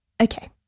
Okay